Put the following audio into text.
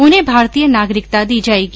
उन्हें भारतीय नागरिकता दी जायेगी